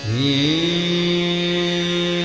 e